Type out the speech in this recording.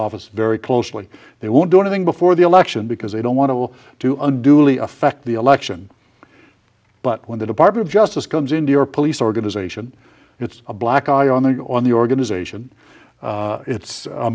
office very closely they won't do anything before the election because they don't want to go to unduly affect the election but when the department of justice comes into your police organization it's a black eye on the on the organization it's